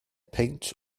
peint